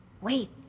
Wait